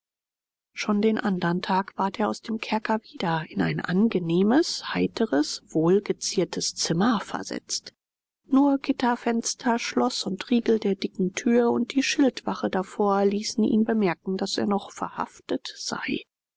schon den andern tag ward er aus dem kerker wieder in ein angenehmes heiteres wohlgeziertes zimmer versetzt nur gitterfenster schloß und riegel der dicken tür und die schildwache davor ließen ihn bemerken daß er noch verhaftet sei